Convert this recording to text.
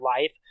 life